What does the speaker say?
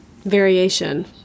variation